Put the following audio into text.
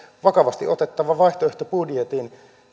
vakavasti otettavan vaihtoehtobudjetin